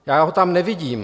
Já ho tam nevidím.